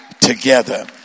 together